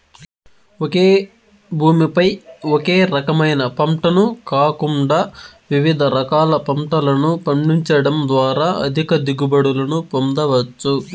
ఒకే భూమి పై ఒకే రకమైన పంటను కాకుండా వివిధ రకాల పంటలను పండించడం ద్వారా అధిక దిగుబడులను పొందవచ్చు